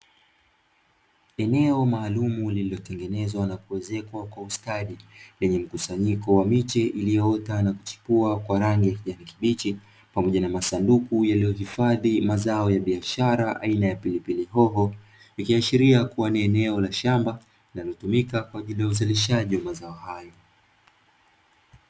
Eneo maalumu, lililotengenezwa na kuezekwa kwa ustadi lenye mkusanyiko wa miche iliyoota na kuchipua kwa rangi ya kijani kibichi, pamoja na masanduku yaliyohifadhi mazao ya biashara aina ya pilipili hoho, ikiashiria kuwa ni eneo la shamba linalotumika kwa ajili ya uzalishaji wa mazao hayo.